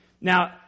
Now